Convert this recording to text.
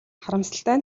харамсалтай